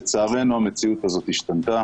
לצערנו המציאות הזאת השתנתה,